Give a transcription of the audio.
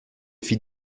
fit